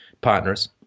partners